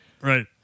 Right